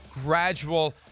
gradual